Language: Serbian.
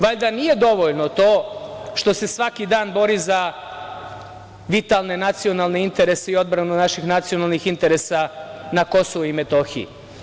Valjda nije dovoljno to što se svaki dan bori za vitalne nacionalne interese i odbranu naših nacionalnih interesa na Kosovu i Metohiji.